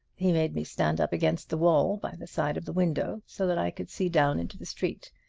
he made me stand up against the wall, by the side of the window, so that i could see down into the street.